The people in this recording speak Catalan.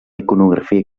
iconografia